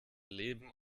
leben